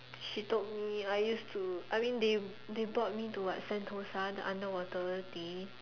she told me I used to I mean they they brought me to what Sentosa the underwater world thing